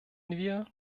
wir